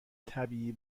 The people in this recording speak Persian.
طبیعی